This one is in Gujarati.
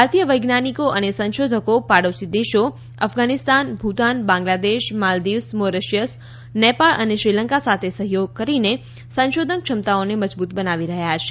ભારતીય વૈજ્ઞાનિકો અનેસંશોધકો પાડોશી દેશો અફઘાનિસ્તાન ભૂતાન બાંગ્લાદેશ માલદીવ્સ મોરેશિયસ નેપાળ અને શ્રીલંકા સાથે સહયોગ કરીને સંશોધન ક્ષમતાઓને મજબૂત બનાવી રહ્યા છે